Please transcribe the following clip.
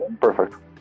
Perfect